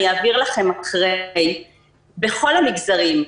אני אעביר לכם אחרי בכל המגזרים,